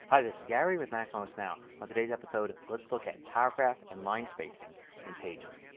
hi this is gary with macmost now. on today's episode let's look at paragraph and line spacing in pages.